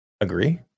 agree